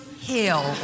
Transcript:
Hill